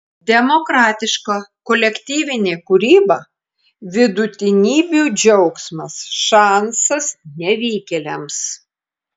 demokratiška kolektyvinė kūryba vidutinybių džiaugsmas šansas nevykėliams